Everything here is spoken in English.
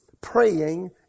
praying